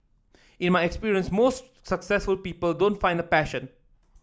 in my experience most successful people don't find a passion